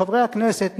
חברי הכנסת,